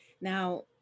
Now